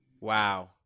Wow